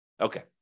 Okay